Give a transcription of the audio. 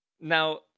Now